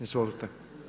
Izvolite.